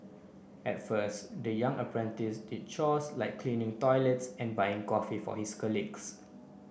at first the young apprentice did chores like cleaning toilets and buying coffee for his colleagues